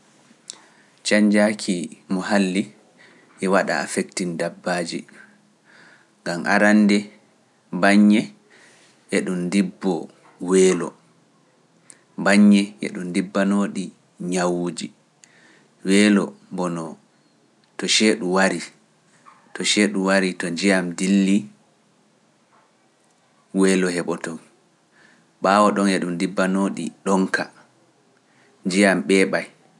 Cañnjaaki mo halli e waɗum ndibbano ɗi ɗonka, njiyam ɓeeɓay. e dun wadda weelo, nyawuuji, donka.